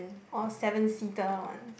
or a seven seater one